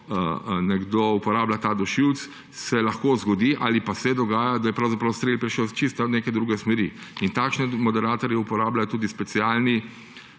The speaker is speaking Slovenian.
nekdo uporablja ta dušilec, se lahko zgodi ali pa se dogaja, da je pravzaprav strel prišel iz čisto neke druge smeri. Takšne moderatorje uporabljajo tudi specialne